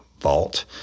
vault